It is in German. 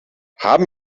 haben